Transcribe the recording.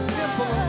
simple